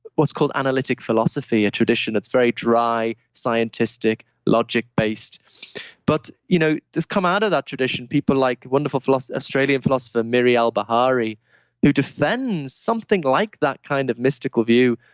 what's called analytic philosophy, a tradition that's very dry, scientistic, logic-based but you know just come out of that tradition. people like wonderful australian philosopher, miri albahari who defends something like that kind of mystical view,